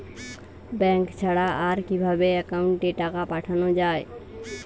Bank ছাড়া আর কিভাবে একাউন্টে টাকা পাঠানো য়ায়?